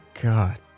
God